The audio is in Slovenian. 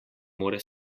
more